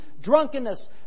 drunkenness